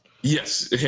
yes